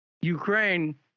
Ukraine